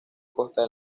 costa